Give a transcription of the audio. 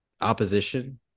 opposition